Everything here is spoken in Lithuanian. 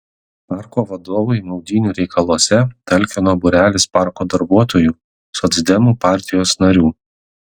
parko vadovui maudynių reikaluose talkino būrelis parko darbuotojų socdemų partijos narių